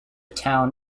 town